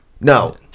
No